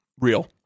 real